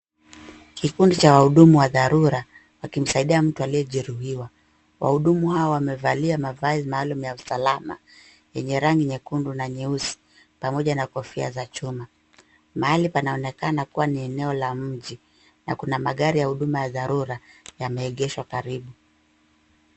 Kikundi cha wahudumu wa dharura wakimsaidia mtu aliyejeruhiwa. Wahudumu hawa wamevalia mavazi maalum ya usalama yenye rangi nyekundu na nyeusi na kofia za chuma. Mahali panaonekana kuwa ni eneo la mji na kuna magari ya huduma ya dharura yameengeshwa karibu.